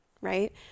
Right